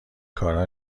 کارا